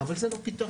אבל זה לא פתרון.